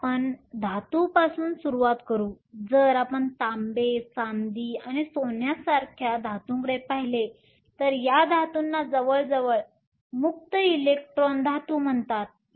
तर आपण धातूंपासून सुरुवात करू जर आपण तांबे चांदी आणि सोन्यासारख्या धातूंकडे पाहिले तर या धातूंना जवळजवळ मुक्त इलेक्ट्रॉन धातू म्हणतात